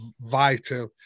vital